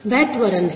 वह त्वरण है